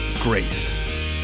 Grace